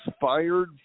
fired